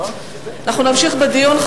נמשיך בדיון.